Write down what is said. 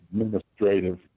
administrative